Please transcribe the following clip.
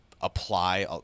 apply